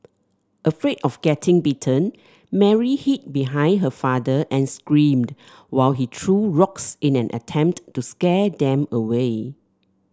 afraid of getting bitten Mary hid behind her father and screamed while he threw rocks in an attempt to scare them away